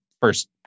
first